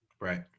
right